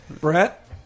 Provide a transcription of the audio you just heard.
Brett